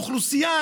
אוכלוסייה ענייה,